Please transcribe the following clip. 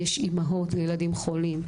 יש אימהות לילדים חולים.